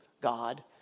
God